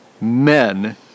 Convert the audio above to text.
men